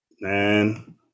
Man